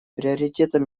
приоритетом